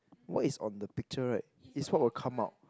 what is on the picture right is what will come out